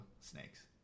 snakes